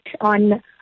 on